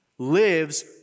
Lives